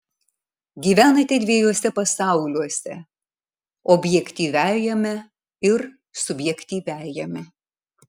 gyvenate dviejuose pasauliuose objektyviajame ir subjektyviajame